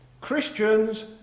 Christians